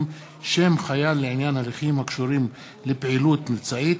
שם חייל לעניין הליכים הקשורים לפעילות מבצעית),